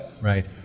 Right